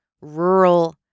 rural